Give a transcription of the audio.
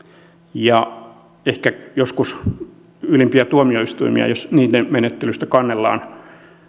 ja ehkä joskus ylimpiä tuomioistuimia jos niiden menettelystä kannellaan